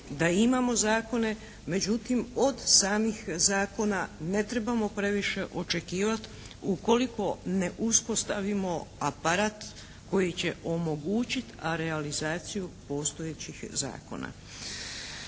da imamo zakone. Međutim, od samih zakona ne trebamo previše očekivat ukoliko ne uspostavimo aparat koji će omogućit a realizaciju postojećih zakona.